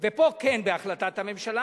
ופה כן בהחלטת הממשלה,